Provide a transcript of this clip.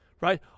right